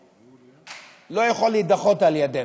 שבו לא יכול להידחות על-ידנו.